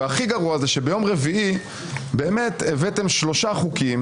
והכי גרוע שביום רביעי הבאתם שלושה חוקים